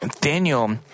Daniel